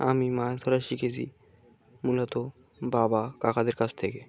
আমি মাায় ধরা শিখেছি মূলত বাবা কাকাদের কাছ থেকে